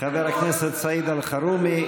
חבר הכנסת סעיד אלחרומי.